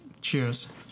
Cheers